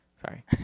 Sorry